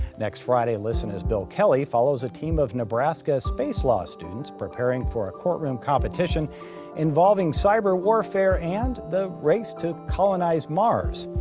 next friday listen as bill kelly follows a team of nebraska space law students preparing for a courtroom competition involving cyber-warfare and the race to colonize mars.